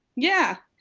yeah.